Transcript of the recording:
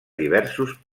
diversos